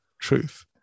truth